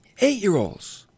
Eight-year-olds